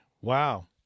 wow